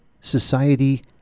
Society